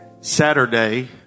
Saturday